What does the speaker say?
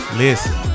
listen